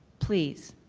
please